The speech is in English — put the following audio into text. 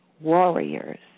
warriors